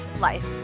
life